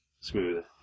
smooth